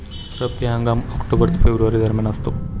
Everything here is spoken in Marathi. रब्बी हंगाम ऑक्टोबर ते फेब्रुवारी दरम्यान असतो